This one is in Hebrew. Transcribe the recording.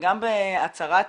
וגם בהצהרה